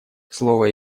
слово